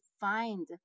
find